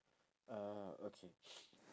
orh okay